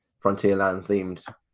Frontierland-themed